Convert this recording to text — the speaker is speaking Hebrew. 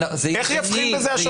זה ידני.